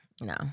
No